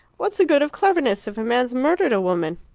what's the good of cleverness if a man's murdered a woman?